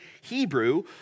Hebrew